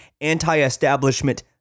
anti-establishment